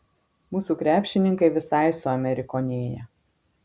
mūsų krepšininkai visai suamerikonėja